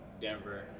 Denver